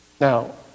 Now